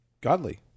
godly